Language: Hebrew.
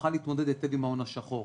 נוכל להתמודד היטב עם ההון השחור.